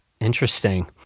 Interesting